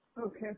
Okay